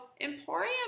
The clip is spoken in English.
Emporium